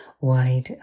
wide